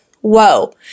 whoa